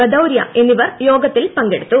ബദൌരിയ എന്നിവർ യോഗത്തിൽ പങ്കെടുത്തു